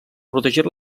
protegir